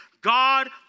God